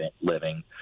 living